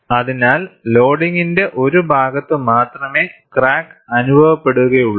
അതിനാൽ ലോഡിംഗിന്റെ ഒരു ഭാഗത്ത് മാത്രമേ ക്രാക്ക് അനുഭവപ്പെടുകയുള്ളൂ